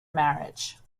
marriage